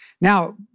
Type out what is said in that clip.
Now